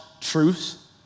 truths